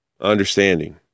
understanding